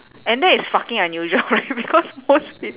and that is fucking unusual right because most peop~